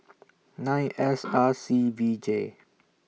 nine S R C V J